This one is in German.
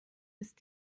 ist